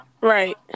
Right